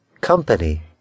Company